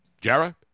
Jarrah